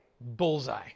bullseye